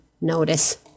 notice